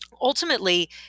ultimately